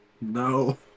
No